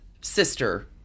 sister